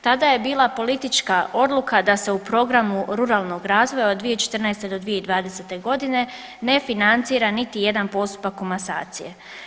Tada je bila politička odluka da se u Programu ruralnog razvoja od 2014. do 2020. godine ne financira niti jedan postupak komasacije.